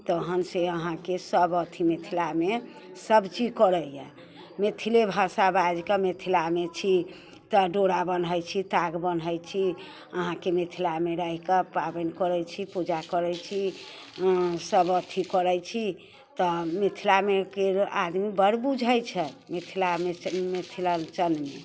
तहनसे अहाँके सब अथी मिथिलामे सबचीज करैय मिथिले भाषा बाजिकऽ मिथिलामे छी तऽ डोरा बन्है छी ताग बन्है छी अहाँके मिथिलामे रहिकऽ पाबनि करै छी पूजा करै छी सब अथी करै छी तऽ मिथिलामेके आदमी बड़ बुझै छै मिथिला मिथिलाञ्चलमे